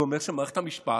זה אומר שמערכת המשפט